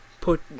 put